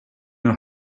know